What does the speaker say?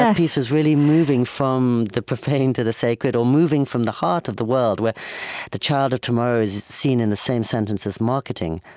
that piece is really moving from the profane to the sacred, or moving from the heart of the world, where the child of tomorrow is seen in the same sentence as marketing,